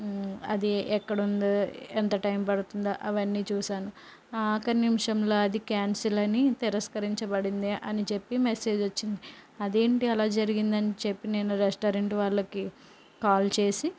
అది ఎక్కడుందో ఎంత టైం పడుతుందో అవన్నీ చూసాను ఆఖరి నిమిషంలో అది క్యాన్సిల్ అని తిరస్కరించబడింది అని చెప్పి మెసేజ్ వచ్చింది అదేంటి అలా జరిగిందని చెప్పి నేను రెస్టారెంట్ వాళ్ళకు కాల్ చేసి